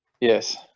Yes